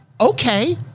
okay